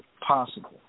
possible